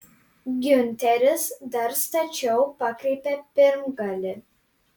giunteris dar stačiau pakreipė pirmgalį